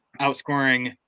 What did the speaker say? outscoring